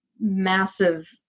massive